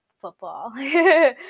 football